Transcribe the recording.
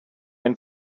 and